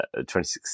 2016